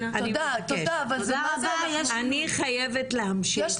אני חייבת להמשיך את הדיון.